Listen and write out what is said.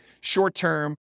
short-term